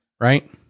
Right